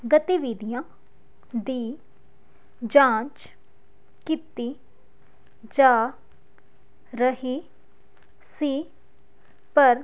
ਗਤੀਵਿਧੀਆਂ ਦੀ ਜਾਂਚ ਕੀਤੀ ਜਾ ਰਹੀ ਸੀ ਪਰ